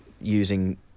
using